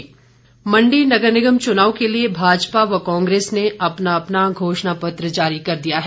घोषणा पत्र मंडी नगर निगम चुनाव के लिए भाजपा व कांग्रेस ने अपना अपना घोषणा पत्र जारी कर दिया है